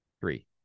three